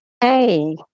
Hey